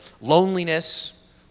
loneliness